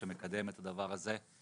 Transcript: שמקדם את הדבר הזה.